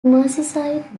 merseyside